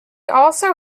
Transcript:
also